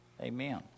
Amen